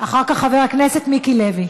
אחר כך, חבר הכנסת מיקי לוי.